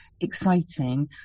exciting